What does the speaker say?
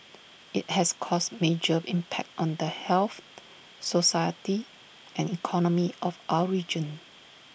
IT has caused major impact on the health society and economy of our region